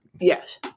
Yes